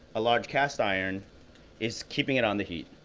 a large cast iron is keeping it on the heat.